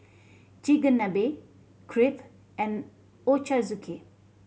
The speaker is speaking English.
Chigenabe Crepe and Ochazuke